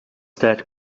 that